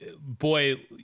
boy